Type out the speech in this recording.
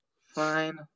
Fine